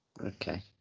okay